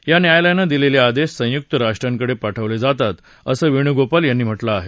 या न्यायालयानं दिलेले आदेश संयुक्त राष्ट्रांकडे पाठवले जातात असं वेणूगोपाल यांनी म्हटलं आहे